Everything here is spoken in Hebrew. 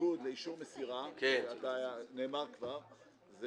בניגוד לאישור מסירה, כפי שנאמר כבר, זה